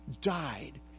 Died